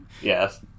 Yes